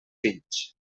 fills